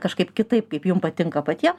kažkaip kitaip kaip jum patinka patiem